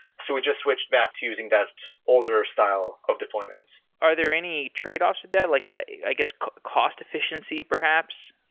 so we just switched back to using that older style of deployment. are there any tradeoffs to that? like i guess cost-efficiency perhaps?